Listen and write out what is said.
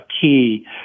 key